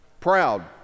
Proud